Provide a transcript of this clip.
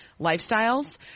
lifestyles